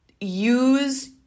use